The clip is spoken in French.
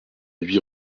huit